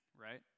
right